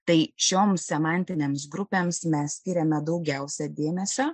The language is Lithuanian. tai šioms semantinėms grupėms mes skiriame daugiausia dėmesio